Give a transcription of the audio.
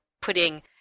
putting